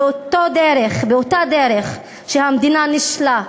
באותה דרך שהמדינה נישלה,